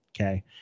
okay